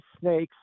snakes